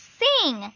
sing